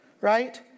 right